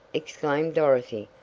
exclaimed dorothy,